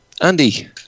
Andy